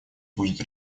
будет